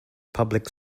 public